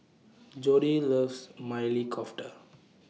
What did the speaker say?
Jodi loves Maili Kofta